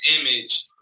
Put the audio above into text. image